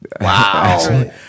Wow